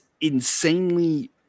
insanely